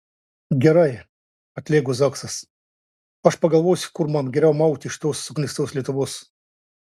gerai atlėgo zaksas aš pagalvosiu kur man geriau mauti iš tos suknistos lietuvos